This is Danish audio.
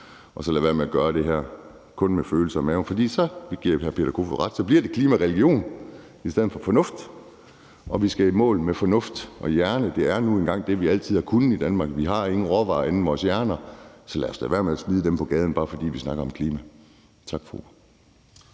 og så lade være med at gøre det her kun med følelser i maven, for ellers giver jeg hr. Peter Kofod ret: Så bliver det klimareligion i stedet for -fornuft, og vi skal i mål med fornuft og hjerne, for det er nu engang det, vi altid har kunnet i Danmark. Vi har ingen råvarer andet end vores hjerner, så lad os da lade være med at smide dem på gaden, bare fordi vi snakker om klima. Tak for